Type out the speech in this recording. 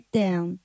down